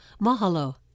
Mahalo